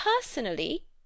personally